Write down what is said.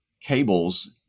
cables